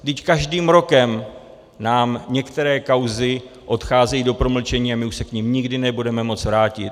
Vždyť každým rokem nám některé kauzy odcházejí do promlčení a my už se k nim nikdy nebudeme moci vrátit.